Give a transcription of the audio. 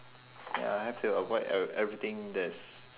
wait ah I have to avoid ever~ everything that's